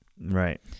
Right